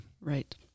Right